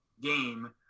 game